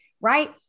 Right